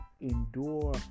endure